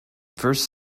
first